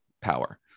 power